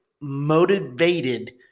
motivated